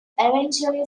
eventually